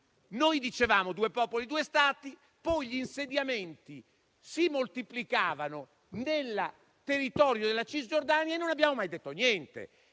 Noi dicevamo due popoli, due Stati, poi gli insediamenti si moltiplicavano nel territorio della Cisgiordania e non abbiamo mai detto niente.